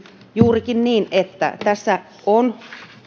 juurikin niin että tässä on